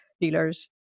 dealers